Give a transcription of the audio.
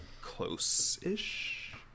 close-ish